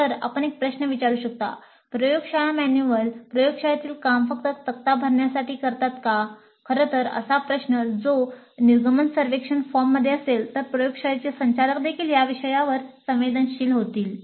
तर आपण एक प्रश्न विचारू शकता "प्रयोगशाळा मॅन्युअल प्रयोगशाळेतील काम फक्त तक्त्या भरण्यासाठी करतात का" खरं तर असा प्रश्न जर तो निर्गमन सर्वेक्षण फॉर्ममध्ये असेल तर प्रयोगशाळेचे संचालक देखील या विषयावर संवेदनशील होतील